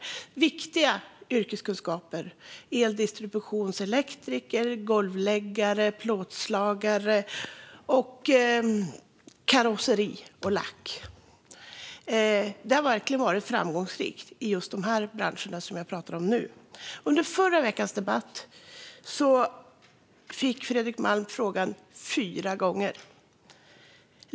Bland viktiga yrkeskunskaper finns eldistributionselektriker, golvläggare, plåtslagare samt karosseri och lack. I just de branscherna har utbildning varit framgångsrikt. Under förra veckans debatt fick Fredrik Malm en fråga fyra gånger.